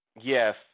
yes